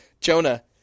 Jonah